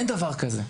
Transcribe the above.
אין דבר כזה.